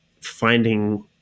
finding